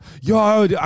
Yo